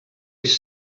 eix